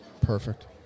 Perfect